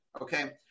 Okay